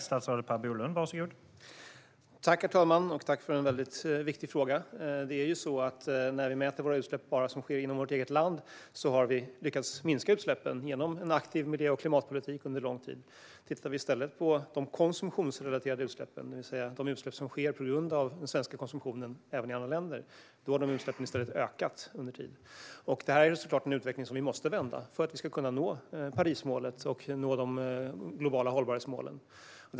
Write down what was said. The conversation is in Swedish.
Herr talman! Tack för en väldigt viktig fråga! När vi mäter de utsläpp som sker bara inom vårt eget land ser vi att vi har lyckats minska dem genom en aktiv klimat och miljöpolitik under lång tid. Vi kan dock se att konsumtionsrelaterade utsläpp däremot under tid har ökat. Detta gäller utsläpp som sker på grund av svensk konsumtion, även i andra länder. Denna utveckling måste vi såklart vända för att nå Parismålet och de globala hållbarhetsmålen.